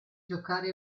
giocare